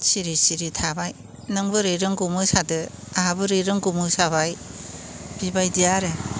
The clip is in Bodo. सिरि सिरि थाबाय नों बोरै रोंगौ मोसादो आहा बोरै रोंगौ मोसाबाय बिबायदि आरो